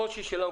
הקושי שלנו,